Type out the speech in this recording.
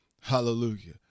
Hallelujah